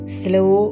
slow